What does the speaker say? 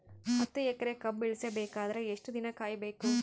ಹತ್ತು ಎಕರೆ ಕಬ್ಬ ಇಳಿಸ ಬೇಕಾದರ ಎಷ್ಟು ದಿನ ಕಾಯಿ ಬೇಕು?